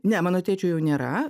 ne mano tėčio jau nėra